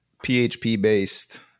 PHP-based